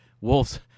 Wolves